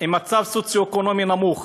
במצב סוציו-אקונומי נמוך,